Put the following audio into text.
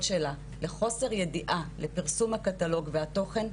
שלה לחוסר ידיעה לפרסום הקטלוג והתוכן,